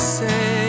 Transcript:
say